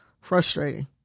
frustrating